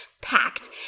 packed